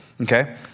Okay